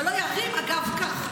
ולא יערים אגב כך,